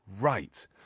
right